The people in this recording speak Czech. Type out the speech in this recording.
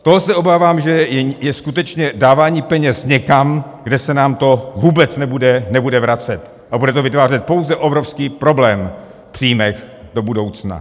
Toho se obávám, že je skutečně dávání peněz někam, kde se nám to vůbec nebude vracet a bude to vytvářet pouze obrovský problém v příjmech do budoucna.